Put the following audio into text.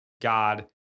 God